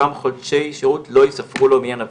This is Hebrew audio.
אותם חודשי שירות לא יספרו לו למניין הוויזה,